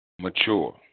mature